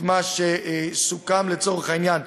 לפרוטוקול את מה שסוכם לצורך העניין.